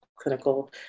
clinical